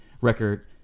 record